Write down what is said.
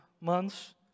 months